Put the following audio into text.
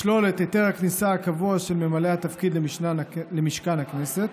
לשלול את היתר הכניסה הקבוע של ממלא התפקיד למשכן הכנסת,